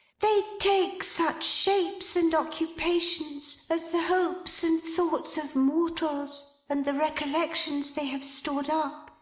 they take such shapes and occupations as the hopes and thoughts of mortals, and the recollections they have stored up,